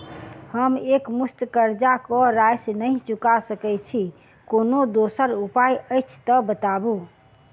हम एकमुस्त कर्जा कऽ राशि नहि चुका सकय छी, कोनो दोसर उपाय अछि तऽ बताबु?